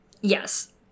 Yes